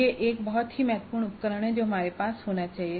यह एक बहुत ही महत्वपूर्ण उपकरण है जो हमारे पास होना चाहिए